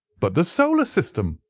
but the solar system!